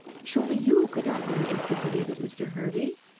surely you could not for an instant believe it, mr. hervey?